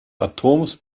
atoms